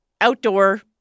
outdoor